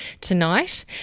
tonight